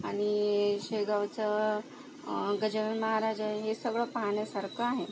आणि शेगावचं गजानन महाराज आहे हे सगळं पाहाण्यासारखं आहे